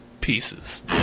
pieces